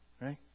right